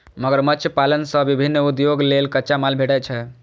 मगरमच्छ पालन सं विभिन्न उद्योग लेल कच्चा माल भेटै छै